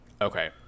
okay